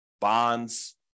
bonds